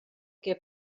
què